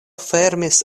fermis